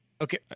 Okay